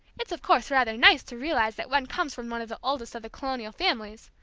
it's of course rather nice to realize that one comes from one of the oldest of the colonial families,